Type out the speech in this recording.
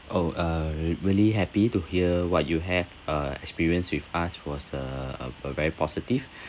orh uh re~ really happy to hear what you have uh experienced with us was uh uh uh very positive